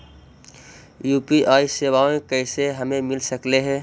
UPI सेवाएं कैसे हमें मिल सकले से?